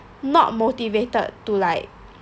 not motivated to like